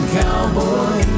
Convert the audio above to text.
cowboy